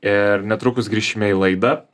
ir netrukus grįšime į laidą